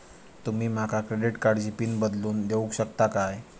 तुमी माका क्रेडिट कार्डची पिन बदलून देऊक शकता काय?